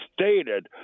stated